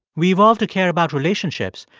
we evolve to care about relationships,